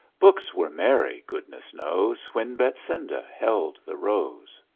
books were merry, goodness knows! when betsinda held the rose.